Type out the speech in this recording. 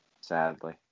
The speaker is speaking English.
Sadly